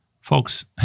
Folks